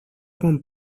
con